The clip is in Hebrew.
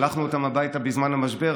שלחנו אותם הביתה בזמן המשבר,